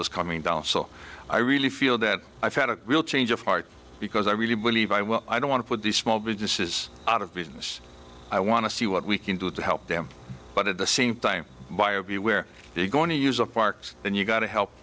was coming down so i really feel that i've had a real change of heart because i really believe i well i don't want to put these small businesses out of business i want to see what we can do to help them but at the same time buyer beware you're going to use a parks and you've got to help